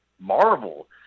Marvel